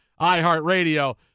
iHeartRadio